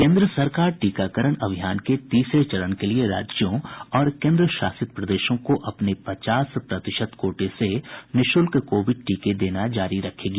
केंद्र सरकार टीकाकरण अभियान के तीसरे चरण के लिए राज्यों और केंद्र शासित प्रदेशों को अपने पचास प्रतिशत कोटे से निःशुल्क कोविड टीके देना जारी रखेगी